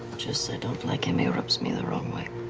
just, i don't like him, he rubs me the wrong way.